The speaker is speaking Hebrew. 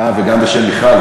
וגם בשם מיכל.